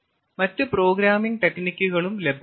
മറ്റ് പ്രോഗ്രാമിംഗ് ടെക്നിക്കുകളും ലഭ്യമാണ്